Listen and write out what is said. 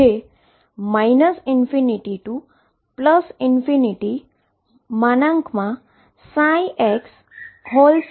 જે ∞∞ψ2dx જે 1 ની સમાન છે